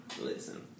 Listen